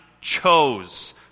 chose